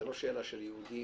זה לא שאלה של יהודים,